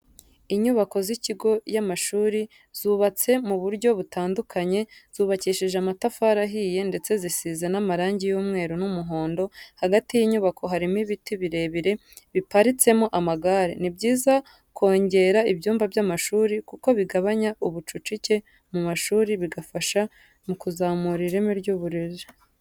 Inyubako z'ikigo y'amashuri zubatse mu buryo butandukanye, zubakishije amatafari ahiye ndetse zisize n'amarangi y'umweru n'umuhondo, hagati y'inyubako harimo ibiti birebire biparitsemo amagare. Ni byiza kongera ibyumba by'amashuri kuko bigabanya ubucucike mu mashuri bigafasha mu kuzamura ireme ry'uburezi.